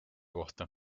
kohta